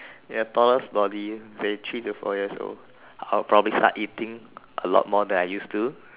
they are tallest body they three to four years old I'll probably start eating a lot more than I used to